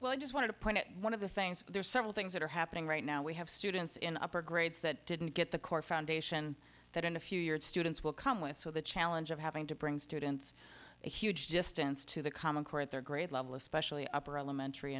well i just want to point out one of the things there's several things that are happening right now we have students in upper grades that didn't get the core foundation that in a few years students will come with so the challenge of having to bring students a huge distance to the common core at their grade level especially upper elementary